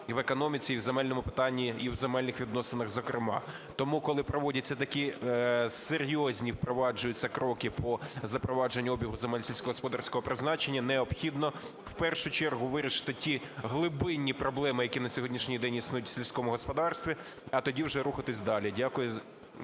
і в економіці, і в земельному питанні, і в земельних відносинах зокрема. Тому, коли проводяться такі серйозні, впроваджуються кроки по запровадженню обігу земель сільськогосподарського призначення, необхідно в першу чергу вирішити ті глибинні проблеми, які на сьогоднішній день існують в сільському господарстві, а тоді веже рухатись далі. Дякую.